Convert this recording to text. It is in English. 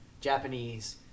Japanese